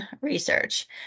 research